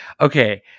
okay